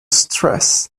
stress